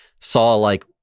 saw-like